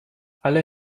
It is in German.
alle